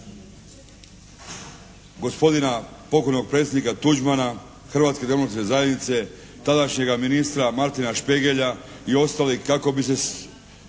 gospodina pokojnog predsjednika Tuđmana, Hrvatske demokratske zajednice, tadašnjega ministra Martina Špegelja i ostalih kako bi se